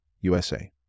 USA